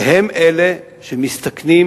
והם אלה שמסתכנים